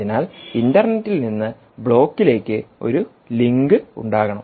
അതിനാൽ ഇന്റർനെറ്റിൽinternet നിന്ന് ബ്ലോക്കിലേക്ക് ഒരു ലിങ്ക് ഉണ്ടാകണം